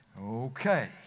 Okay